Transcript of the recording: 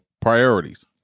priorities